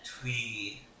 Twee